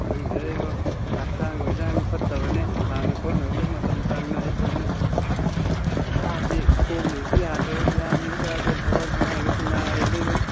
ꯈꯪꯗꯦ ꯏꯕꯣ ꯍꯪꯆꯥꯡ ꯋꯦꯖꯥꯡꯒ ꯐꯠꯇꯕꯅꯦ ꯁꯥꯟꯅ ꯈꯣꯠꯅꯕꯒ ꯃꯇꯝ ꯆꯥꯡ ꯅꯥꯏꯗꯕꯅꯦ ꯏꯁꯥꯁꯦ ꯈꯣꯡꯂꯨꯁꯨ ꯌꯥꯗ꯭ꯔꯕ ꯒ꯭ꯌꯥꯟ ꯃꯦꯟ ꯑꯝ ꯇꯥꯗ꯭ꯔꯦ ꯊꯕꯛ ꯊꯅꯥꯏꯒꯁꯦ ꯅꯥꯔꯦꯗ ꯏꯕꯣ